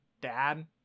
dad